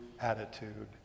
attitude